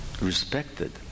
respected